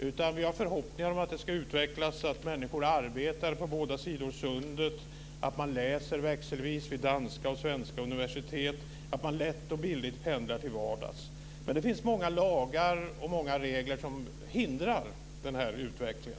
utan vi har förhoppningar om en utveckling som innebär att människor arbetar på båda sidor om sundet, att de läser växelvis vid danska och svenska universitet och att de lätt och billigt pendlar till vardags. Men det finns många lagar och regler som hindrar denna utveckling.